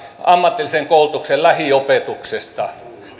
ammatillisen koulutuksen lähiopetuksesta